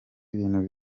ibintu